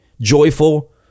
joyful